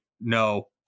no